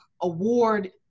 award